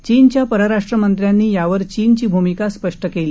चीनच्या परराष्ट्मंत्र्यांनी यावर चीनची भूमिका स्पष्ट केली